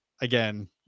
again